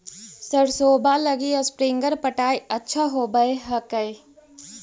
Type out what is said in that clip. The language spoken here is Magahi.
सरसोबा लगी स्प्रिंगर पटाय अच्छा होबै हकैय?